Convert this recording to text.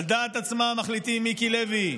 על דעת עצמם מחליטים, מיקי לוי,